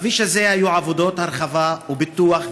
בכביש הזה היו עבודות הרחבה ופיתוח,